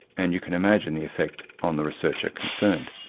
and you can imagine the effect on the researcher concerned.